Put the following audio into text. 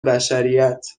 بشریت